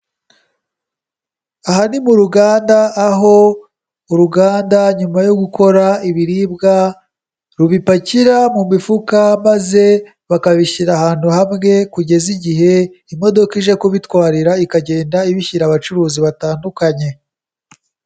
Aha ni mu ruganda, aho uruganda nyuma yo gukora ibiribwa, rubipakira mu mifuka maze bakabishyira ahantu hamwe, kugeza igihe imodoka ije kubitwarira, ikagenda ibishyira abacuruzi batandukanye.